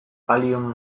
allium